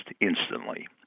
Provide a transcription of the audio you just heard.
instantly